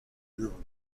riverview